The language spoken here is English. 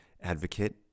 advocate